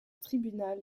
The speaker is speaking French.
tribunal